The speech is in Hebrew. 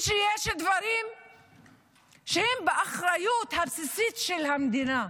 יש דברים שהם באחריות הבסיסית של המדינה,